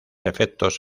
efectos